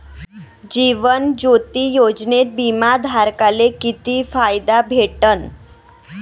जीवन ज्योती योजनेत बिमा धारकाले किती फायदा भेटन?